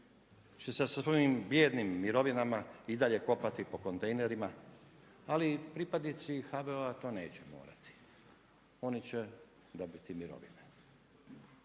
će sa svojim bijednim mirovinama i dalje kopati po kontejnerima, ali pripadnici HVO-a to neće morati. Oni će dobiti mirovine.